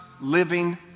living